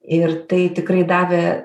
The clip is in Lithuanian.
ir tai tikrai davė